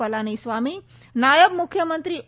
પલાનીસ્વામી નાયબ મુખ્યમંત્રી ઓ